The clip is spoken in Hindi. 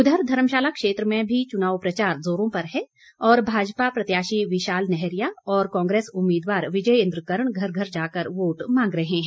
उधर धर्मशाला क्षेत्र में भी चुनाव प्रचार जोरों पर है और भाजपा प्रत्याशी विशाल नेहरिया और कांग्रेस उम्मीदवार विजय इन्द्र करण घर घर जाकर वोट मांग रहे हैं